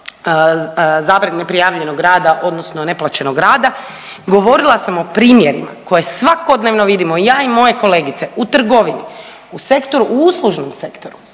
zabrani neprijavljenog rada odnosno neplaćenog rada govorila sam o primjerima koje svakodnevno vidimo i ja i moje kolegice u trgovini u sektoru u uslužnom sektoru